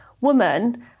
woman